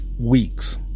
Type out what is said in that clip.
weeks